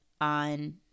on